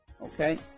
okay